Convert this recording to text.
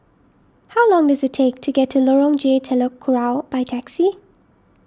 how long does it take to get to Lorong J Telok Kurau by taxi